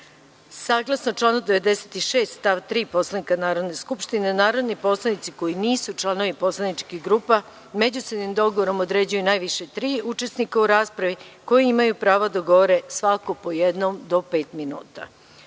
minuta. Saglasno članu 96. stav 3. Poslovnika Narodne skupštine, narodni poslanici koji nisu članovi poslaničkih grupa međusobnim dogovorom određuju najviše tri učesnika u raspravi, koji imaju pravo da govore svako po jednom do pet minuta. Molim